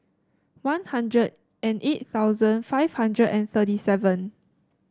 One Hundred and eight thousand five hundred and thirty seven